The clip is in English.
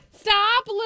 Stop